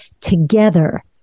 together